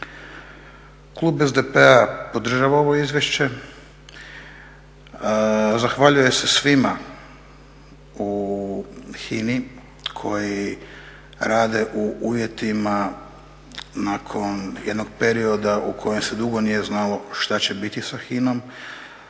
Klub SDP-a podržava ovo izvješće, zahvaljuje se svima u HINA-i koji rade u uvjetima nakon jednog perioda u kojem se dugo nije znalo što će biti sa HINA-om,